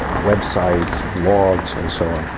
ah websites, blogs and so on,